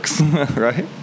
right